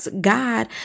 God